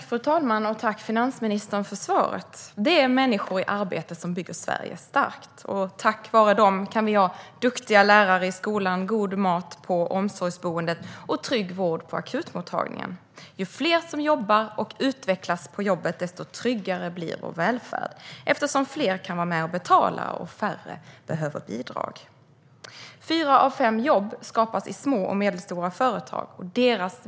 Fru talman! Tack, finansministern, för svaret! Det är människor i arbete som bygger Sverige starkt. Tack vare dem kan vi ha duktiga lärare i skolan, god mat på omsorgsboendet och trygg vård på akutmottagningen. Ju fler som jobbar och utvecklas på jobbet, desto tryggare blir vår välfärd, eftersom fler kan vara med och betala och färre behöver bidrag. Fyra av fem jobb skapas i små och medelstora företag.